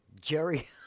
jerry